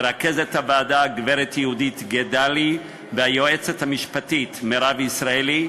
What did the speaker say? למרכזת הוועדה הגברת יהודית גידלי וליועצת המשפטית מירב ישראלי,